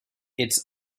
its